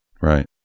right